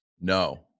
no